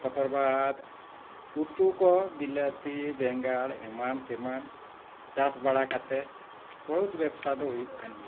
ᱛᱟᱨᱯᱚᱨᱵᱟᱫ ᱩᱛᱩ ᱠᱚ ᱵᱤᱞᱟᱹᱛᱤ ᱵᱮᱸᱜᱟᱲ ᱮᱢᱟᱱ ᱛᱮᱢᱟᱱ ᱪᱟᱥ ᱵᱟᱲᱟ ᱠᱟᱛᱮᱫ ᱵᱚᱦᱩᱛ ᱵᱮᱵᱽᱥᱟ ᱫᱚ ᱦᱩᱭᱩᱜ ᱠᱟᱱ ᱜᱮᱭᱟ